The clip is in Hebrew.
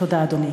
תודה, אדוני.